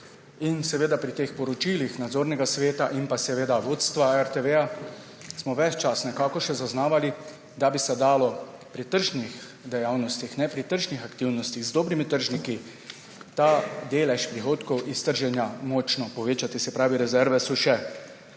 in seveda pri teh poročilih nadzornega sveta in pa seveda vodstva RTV, smo ves čas nekako še zaznavali, da bi se dalo pri tržnih dejavnostih, pri tržnih aktivnostih z dobrimi tržniki ta delež prihodkov iz trženja močno povečati, se pravi rezerve so še.